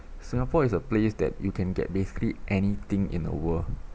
singapore is a place that you can get basically anything in the world